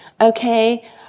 Okay